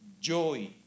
joy